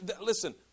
listen